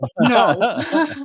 No